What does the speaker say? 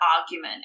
argument